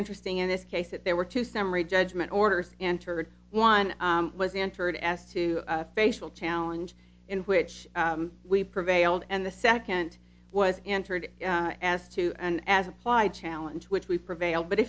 interesting in this case that there were two summary judgment orders entered one was entered as to a facial challenge in which we prevailed and the second was entered as to and as applied challenge which we prevailed but